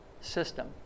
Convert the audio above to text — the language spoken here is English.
system